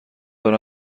داره